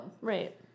Right